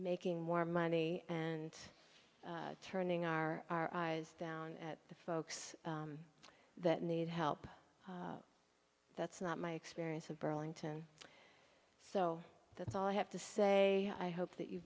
making more money and turning our our eyes down at the folks that need help that's not my experience of burlington so that's all i have to say i hope that you